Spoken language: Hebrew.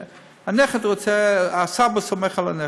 הנכד רוצה, הסבא סומך על הנכד,